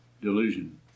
delusion